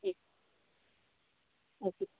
ಹ್ಞೂ ಓಕೆ